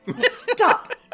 Stop